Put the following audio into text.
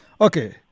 okay